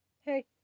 Hey